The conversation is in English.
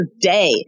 day